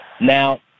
Now